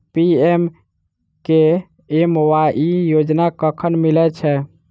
PMKMY योजना कखन मिलय छै?